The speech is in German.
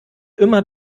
immer